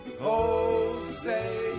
Jose